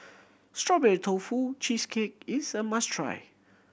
Strawberry Tofu Cheesecake is a must try